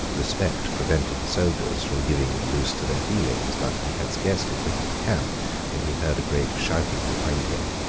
respect prevented the soldiers from giving a loose to their feelings but he had scarcely quitted the camp when he heard a great shouting behind him.